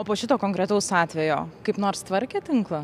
o po šito konkretaus atvejo kaip nors tvarkė tinklą